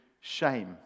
shame